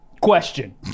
question